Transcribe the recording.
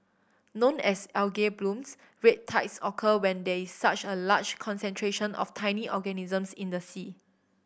known as algae blooms red tides occur when there is such a large concentration of tiny organisms in the sea